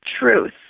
truth